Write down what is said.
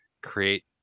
create